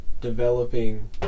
developing